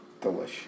Delish